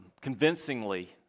convincingly